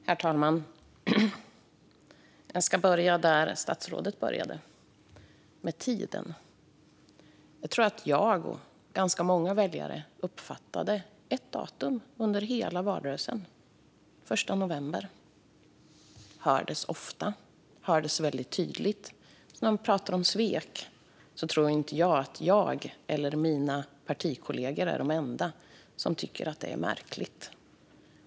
Herr talman! Jag ska precis som statsrådet börja med att tala om tiden. Jag tror att ganska många väljare liksom jag uppfattade ett datum under hela valrörelsen: den 1 november. Det hördes ofta och väldigt tydligt. Man pratar nu om svek. Jag tror inte att jag och mina partikollegor är de enda som tycker att det här är märkligt.